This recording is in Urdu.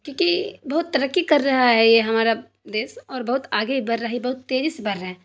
کیوںکہ بہت ترقی کر رہا ہے یہ ہمارا دیس اور بہت آگے بڑھ رہی بہت تیزی سے بڑھ رہا ہے